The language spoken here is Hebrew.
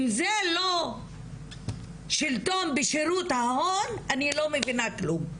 אם זה לא שלטון בשרות ההון, אני לא מבינה כלום.